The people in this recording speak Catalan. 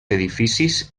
edificis